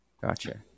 gotcha